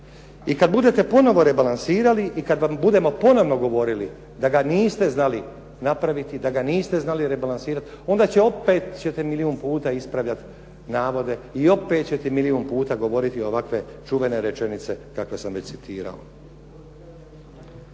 I kad budete ponovno rebalansirali i kad vam budemo ponovno govorili da ga niste znali napraviti, da ga niste znali rebalansirati onda ćete opet milijun puta ispravljati navode i opet ćete milijun puta govoriti ovakve čuvene rečenice kakve sam već citirao.